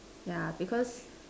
yeah because